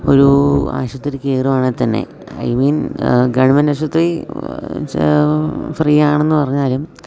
ഒരു ആശുപത്രി കയറുകയാണെങ്കിൽ തന്നെ ഐ മീൻ ഗവൺമെൻ്റ് ആശുപത്രി എന്നുവെച്ചാൽ ഫ്രീ ആണെന്ന് പറഞ്ഞാലും